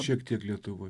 šiek tiek lietuvoj